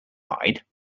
hide